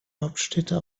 hauptstädte